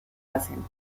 hacen